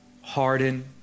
harden